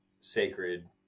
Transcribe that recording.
sacred